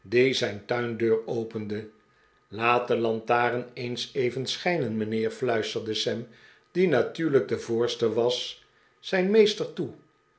zijn tuindeur opende laat de lantaren eens even schijnem mijnheer fluisterde sam die natuurlijk de voorste was zijn meester toe